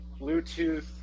Bluetooth